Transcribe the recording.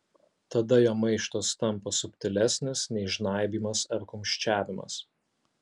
tada jo maištas tampa subtilesnis nei žnaibymas ar kumščiavimas